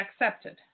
accepted